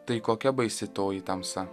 tai kokia baisi toji tamsa